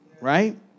right